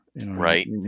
Right